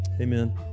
Amen